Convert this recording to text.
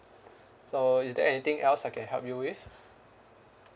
so is there anything else I can help you with